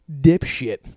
dipshit